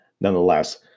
nonetheless